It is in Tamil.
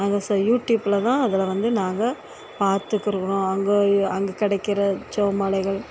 நாங்கள் சோ யூடியூபில் தான் அதில் வந்து நாங்கள் பார்த்துக்குருறோம் அங்கே அங்கே கிடைக்கிற ஜெப மாலைகள்